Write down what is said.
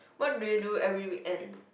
what do you do every weekend